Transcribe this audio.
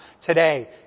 today